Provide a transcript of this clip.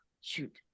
shoot